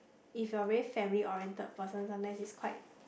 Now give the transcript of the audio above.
if you are a very family oriented person sometimes it's quite